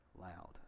loud